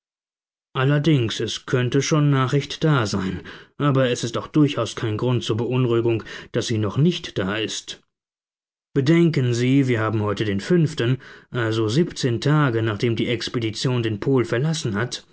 allerdings es könnte schon nachricht da sein aber es ist auch durchaus kein grund zur beunruhigung daß sie noch nicht da ist bedenken sie wir haben heute den fünften also siebzehn tage nachdem die expedition den pol verlassen hat